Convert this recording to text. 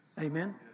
Amen